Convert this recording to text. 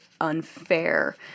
unfair